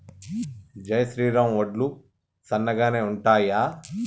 జై శ్రీరామ్ వడ్లు సన్నగనె ఉంటయా?